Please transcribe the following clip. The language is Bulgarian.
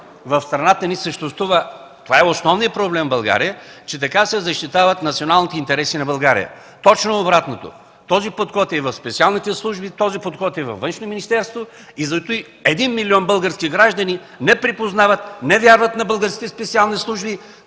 в страната ни съществува и това е основният проблем в България, че така се защитават националните интереси на България. Точно обратното! Този подход е в специалните служби и във Външно министерство, затова 1 млн. български граждани не припознават и не вярват на българските специални служби.